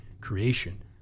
creation